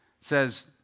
says